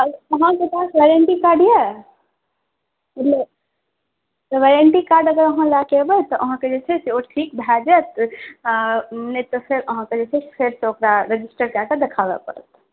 अहाँके पास warranty card यऽ वारण्टी कार्ड अगर अहाँ लऽ कऽ अयबै तऽ अहाँके जे छै ओ ठीक भऽ जायत आ नहि तऽ फेर ओकरा फेरसँ रजिस्टर कऽ कऽ देखाबै परत